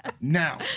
Now